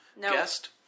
Guest